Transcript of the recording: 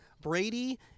Brady